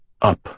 up